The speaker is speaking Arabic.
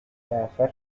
سافرت